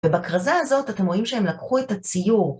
ובכרזה הזאת אתם רואים שהם לקחו את הציור.